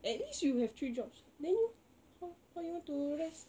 at least you have three jobs then how how you want to rest